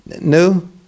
no